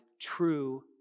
true